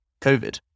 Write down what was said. COVID